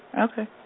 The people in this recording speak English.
Okay